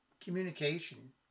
communication